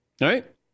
right